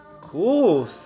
Cool